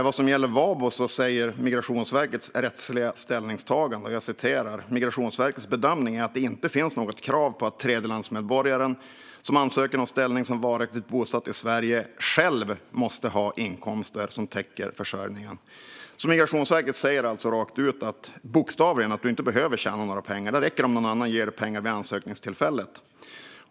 Vad gäller VABO säger Migrationsverkets rättsliga ställningstagande följande: "Migrationsverkets bedömning är att det inte finns något krav på att tredjelandsmedborgaren, som ansöker om ställning som varaktigt bosatt i Sverige, själv måste ha inkomster som täcker försörjningen." Migrationsverket säger rakt ut, bokstavligen, att du inte behöver tjäna några pengar. Det räcker om någon annan ger dig pengar vid ansökningstillfället.